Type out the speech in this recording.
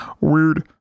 Weird